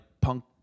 punk